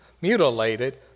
mutilated